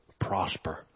prosper